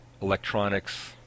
electronics